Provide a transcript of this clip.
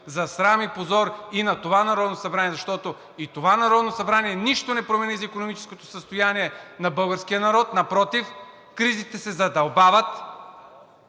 за срам и позор и на това Народно събрание, защото и това Народно събрание нищо не промени за икономическото състояние на българския народ, напротив – кризите се задълбават